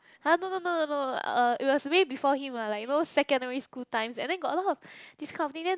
!huh! no no no no no uh it was way before him lah like you know secondary school times and then got a lot of this kind of thing then